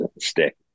stick